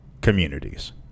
communities